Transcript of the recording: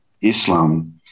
Islam